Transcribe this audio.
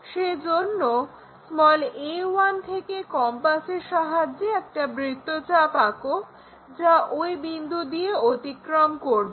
সেজন্য a1 থেকে কম্পাসের সাহায্যে একটি বৃত্তচাপ আঁকো যা ওই বিন্দু দিয়ে অতিক্রম করবে